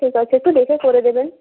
ঠিক আছে একটু দেখে করে দেবেন